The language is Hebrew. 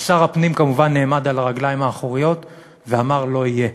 ושר הפנים כמובן נעמד על הרגליים האחוריות ואמר: לא יהיה.